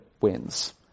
wins